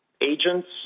agents